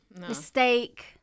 mistake